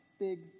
big